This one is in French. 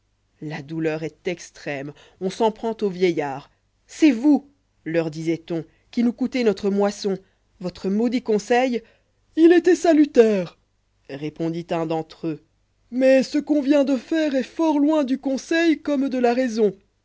la douleur est extrême on s'en prend aux vieillards c'est vous leur disoit on qui nous coûtez notre moisson votre maudit conseil h étoit salutaire répondit un d'entre eux mais ce qu'on vient de faire est fort loin du conseil comme de la raison